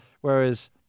Whereas